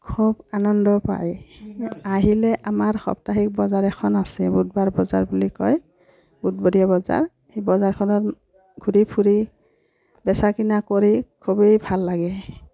খুব আনন্দ পায় আহিলে আমাৰ সপ্তাহিক বজাৰ এখন আছে বুধবাৰ বজাৰ বুলি কয় বুধবৰীয়া বজাৰ সেই বজাৰখনত ঘূৰি ফুৰি বেচা কিনা কৰি খুবেই ভাল লাগে